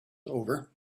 over